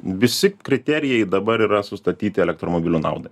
visi kriterijai dabar yra sustatyti elektromobilių naudai